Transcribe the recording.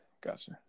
gotcha